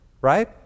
right